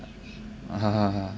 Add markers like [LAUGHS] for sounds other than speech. [LAUGHS]